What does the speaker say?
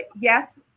yes